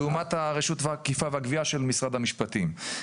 זאת לעומת רשות האכיפה והגבייה של משרד המשפטים.